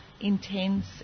intense